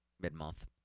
mid-month